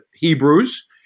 Hebrews